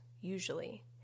usually